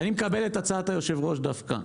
אני מקבל את הצעת היושב ראש דווקא,